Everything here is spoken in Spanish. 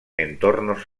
entornos